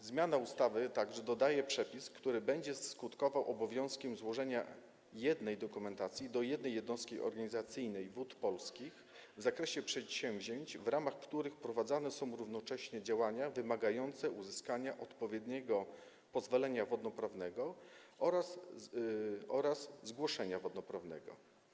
W zmianie ustawy także dodaje się przepis, który będzie skutkował obowiązkiem złożenia jednej dokumentacji, do jednej jednostki organizacyjnej Wód Polskich, w zakresie przedsięwzięć, w ramach których prowadzone są równocześnie działania wymagające uzyskania odpowiednio pozwolenia wodnoprawnego oraz zgłoszenia wodnoprawnego.